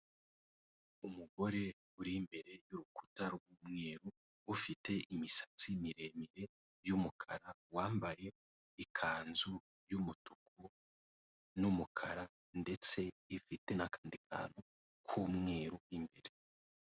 Umugore uri imbere y'urukuta rw'umweru ufite imisatsi miremire y'umukara wambaye ikanzu y'umutuku n'umukara ndetse ifite n'akandi kantu k'umweru imbere.